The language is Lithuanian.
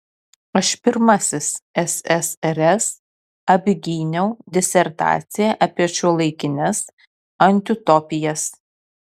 aš pirmasis ssrs apgyniau disertaciją apie šiuolaikines antiutopijas